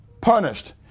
punished